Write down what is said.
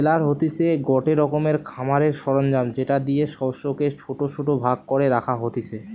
বেলার হতিছে গটে রকমের খামারের সরঞ্জাম যেটা দিয়ে শস্যকে ছোট ছোট ভাগ করে রাখা হতিছে